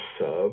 sub